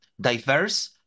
diverse